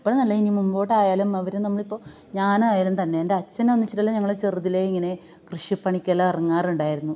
ഇപ്പൊളെന്നല്ലയിനി മുമ്പോട്ടായാലും അവർ നമ്മളിപ്പോൾ ഞാനായാലും തന്നെ എന്റെ അച്ഛനാന്നുച്ചിട്ടുള്ള ഞങ്ങളെ ചെറുതിലേയിങ്ങനെ കൃഷിപ്പണിക്കെല്ലാം ഇറങ്ങാറുണ്ടായിരുന്നു